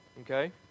okay